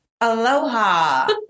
Aloha